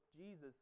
Jesus